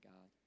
God